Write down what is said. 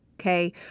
Okay